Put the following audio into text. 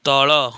ତଳ